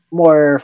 more